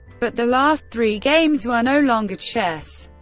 but the last three games were no longer chess.